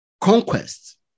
conquest